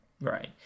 right